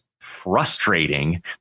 frustrating